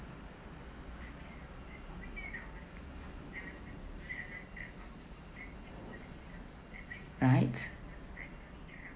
right